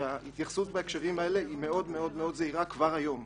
ההתייחסות בהקשרים האלה היא מאוד זהירה כבר היום.